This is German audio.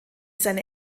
seine